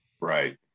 Right